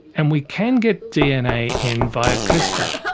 and we can get dna in via crispr.